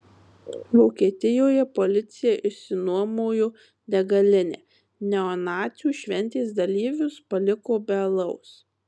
vokietijoje policija išsinuomojo degalinę neonacių šventės dalyvius paliko be alaus